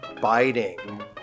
biting